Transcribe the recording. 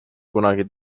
kunagi